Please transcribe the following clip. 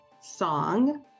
song